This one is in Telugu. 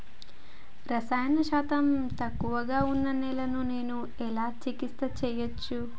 రసాయన శాతం తక్కువ ఉన్న నేలను నేను ఎలా చికిత్స చేయచ్చు?